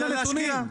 אלא להשקיע.